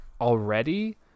already